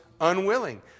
unwilling